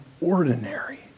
ordinary